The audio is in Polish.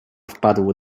wpadł